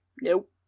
nope